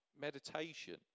meditation